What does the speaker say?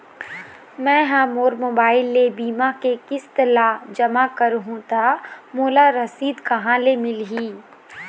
मैं हा मोर मोबाइल ले बीमा के किस्त ला जमा कर हु ता मोला रसीद कहां ले मिल ही?